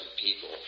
people